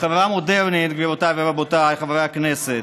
בחברה מודרנית, גבירותיי ורבותיי חברי הכנסת,